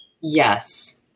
yes